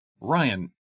Ryan